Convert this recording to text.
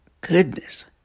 Goodness